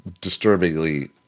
disturbingly